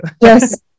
Yes